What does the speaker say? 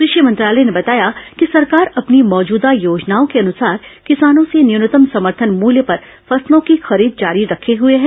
कृषि मेंत्रालय ने बताया कि सरकार अपनी मौजूदा योजनाओं के अनुसार किसानों से न्यूनतम समर्थन मूल्य पर फसलों की खरीद जारी रखे हुए है